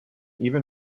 even